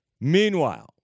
Meanwhile